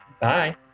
Bye